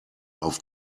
auf